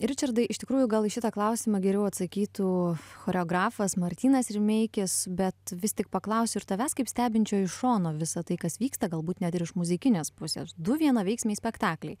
ričardai iš tikrųjų gal į šitą klausimą geriau atsakytų choreografas martynas rimeikis bet vis tik paklausiu ir tavęs kaip stebinčio iš šono visa tai kas vyksta galbūt net ir iš muzikinės pusės du vienaveiksmiai spektakliai